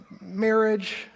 marriage